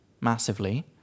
massively